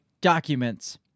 documents